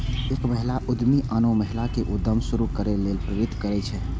एक महिला उद्यमी आनो महिला कें उद्यम शुरू करै लेल प्रेरित करै छै